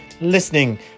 listening